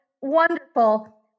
wonderful